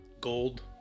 Gold